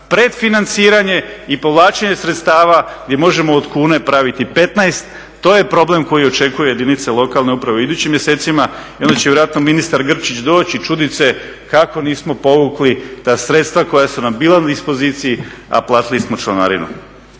pretfinanciranje i povlačenje sredstava gdje možemo od kune praviti 15. To je problem koji očekuje jedinice lokalne uprave u idućim mjesecima i onda će vjerojatno ministar Grčić doći i čudit se kako nismo povukli ta sredstva koja su nam bila u dispoziciji, a platili smo članarinu.